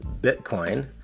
Bitcoin